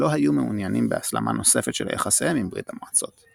לא היו מעוניינים בהסלמה נוספת של יחסיהם עם ברית המועצות.